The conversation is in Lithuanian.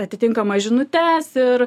atitinkamas žinutes ir